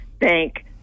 thank